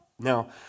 Now